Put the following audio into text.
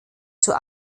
zur